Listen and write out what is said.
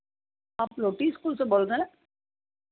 आप फ्लुटी स्कूल से बोल रहे हैं